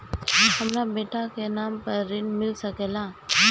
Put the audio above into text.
हमरा बेटा के नाम पर ऋण मिल सकेला?